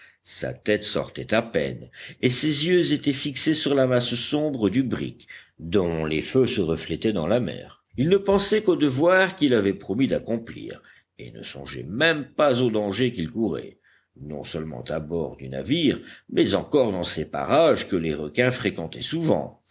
sa tête sortait à peine et ses yeux étaient fixés sur la masse sombre du brick dont les feux se reflétaient dans la mer il ne pensait qu'au devoir qu'il avait promis d'accomplir et ne songeait même pas aux dangers qu'il courait non seulement à bord du navire mais encore dans ces parages que les requins fréquentaient souvent